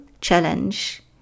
challenge